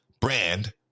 brand